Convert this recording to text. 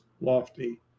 lofty